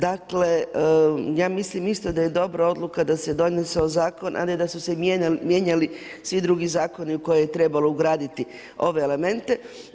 Ja mislim isto da je dobra odluka, da se donese ovaj zakon, a ne da su se mijenjali svi drugi zakoni u koje je trebalo ugraditi ove elemente.